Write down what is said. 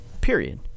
period